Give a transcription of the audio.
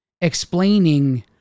explaining